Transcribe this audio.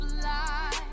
fly